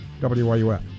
wyuf